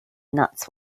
nuts